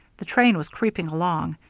the train was creeping along,